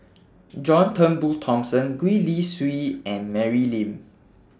John Turnbull Thomson Gwee Li Sui and Mary Lim